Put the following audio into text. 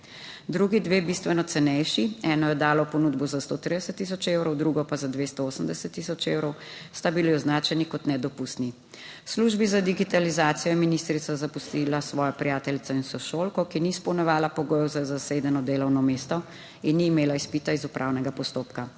Drugi dve, bistveno cenejši eno je oddalo ponudbo za 130 tisoč evrov, drugo pa za 280 tisoč evrov, sta bili označeni kot nedopustni. V službi za digitalizacijo je ministrica zapustila svojo prijateljico in sošolko, ki ni izpolnjevala pogojev za zasedeno delovno mesto in ni imela izpita iz upravnega postopka.